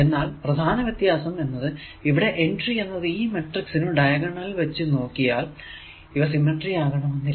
എന്നാൽ പ്രധാന വ്യത്യാസം എന്നത് ഇവിടെ എൻട്രി എന്നത് ഈ മാട്രിക്സ് നു ഡയഗണൽ വച്ച് നോക്കിയാൽ ഇവ സിമെട്രി ആകണമെന്നില്ല